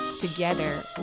Together